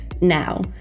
Now